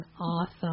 awesome